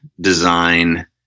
design